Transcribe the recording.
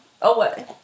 away